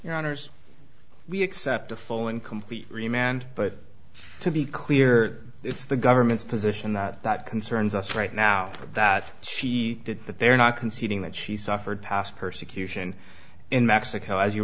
your honors we accept a full and complete remand but to be clear it's the government's position that that concerns us right now that she did that they're not conceding that she suffered past persecution in mexico as you